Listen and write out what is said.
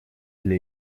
для